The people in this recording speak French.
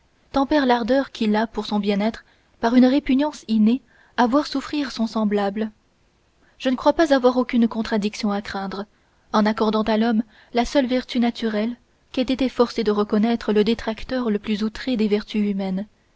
tempère l'ardeur qu'il a pour son bien-être par une répugnance innée à voir souffrir son semblable je ne crois pas avoir aucune contradiction à craindre en accordant à l'homme la seule vertu naturelle qu'ait été forcé de reconnaître le détracteur le plus outré des vertus humaines